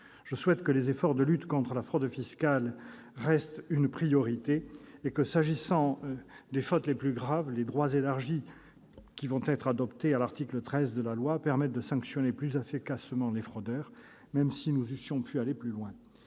Je souhaite que la lutte contre la fraude fiscale reste une priorité et que, s'agissant des fautes les plus graves, les droits élargis prévus à l'article 13 du projet de loi permettent de sanctionner plus efficacement les fraudeurs, même si nous eussions pu aller plus loin.